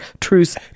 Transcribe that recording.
truce